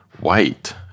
white